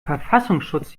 verfassungsschutz